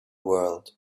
world